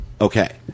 okay